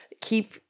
keep